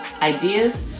ideas